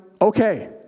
okay